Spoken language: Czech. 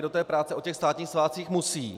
Do práce o těch státních svátcích musí.